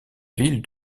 ville